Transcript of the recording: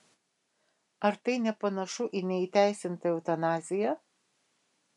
ar tai nepanašu į neįteisintą eutanaziją